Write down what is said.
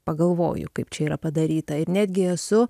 pagalvoju kaip čia yra padaryta ir netgi esu